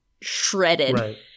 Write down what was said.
shredded